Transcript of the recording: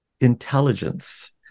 intelligence